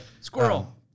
squirrel